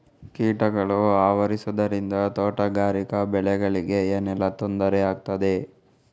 ಕೀಟಗಳು ಆವರಿಸುದರಿಂದ ತೋಟಗಾರಿಕಾ ಬೆಳೆಗಳಿಗೆ ಏನೆಲ್ಲಾ ತೊಂದರೆ ಆಗ್ತದೆ?